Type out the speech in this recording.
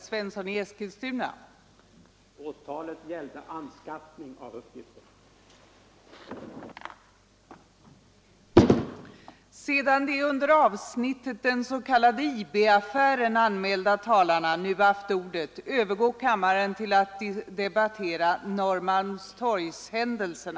Sedan de under avsnittet Den s.k. IB-affären anmälda talarna nu haft ordet övergår kammaren till att debattera avnittet Norrmalmstorgshändelserna.